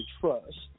trust